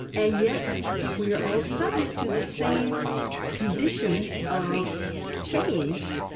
and yet we are all subject to the same condition of change,